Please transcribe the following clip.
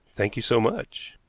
thank you so much.